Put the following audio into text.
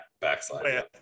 Backslide